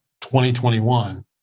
2021